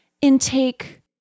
intake